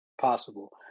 possible